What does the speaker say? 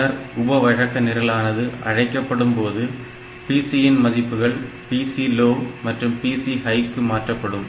பின்னர் உப வழக்க நிரலானது அழைக்கப்படும்போது PC இன் மதிப்புகள் PC low மற்றும் PC high க்கும் மாற்றப்படும்